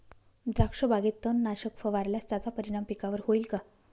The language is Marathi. द्राक्षबागेत तणनाशक फवारल्यास त्याचा परिणाम पिकावर होईल का?